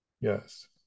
yes